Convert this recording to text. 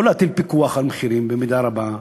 או להטיל פיקוח על המחירים במידה רבה,